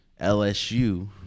lsu